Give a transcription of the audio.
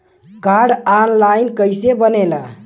Card online कइसे बनेला?